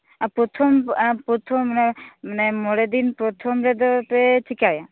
ᱟᱨ ᱯᱚᱛᱷᱚᱢ ᱚᱱᱮ ᱢᱟᱱᱮ ᱢᱚᱲᱮᱫᱤᱱ ᱯᱚᱛᱷᱚᱢ ᱨᱮᱫᱚᱯᱮ ᱪᱮᱠᱟᱭᱟ